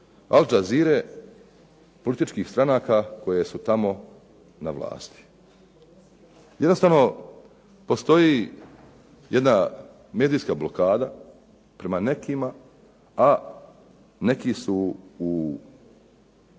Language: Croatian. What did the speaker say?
al-jazeere političkih stranaka koje su tamo na vlasti. Jednostavno postoji jedna medijska blokada prema nekima, a neki su u